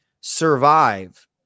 survive